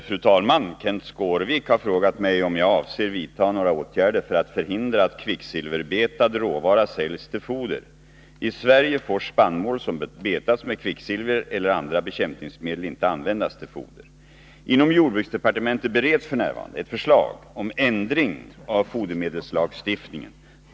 Fru talman! Kenth Skårvik har frågat mig om jag avser att vidta några åtgärder för att förhindra att kvicksilverbetad råvara säljs till foder. I Sverige får spannmål som betats med kvicksilver eller andra bekämpningsmedel inte användas till foder. Inom jordbruksdepartementet bereds f.n. ett förslag om ändring av fodermedelslagstiftningen.